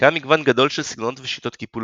קיים מגוון גדול של סגנונות ושיטות קיפול